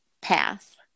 path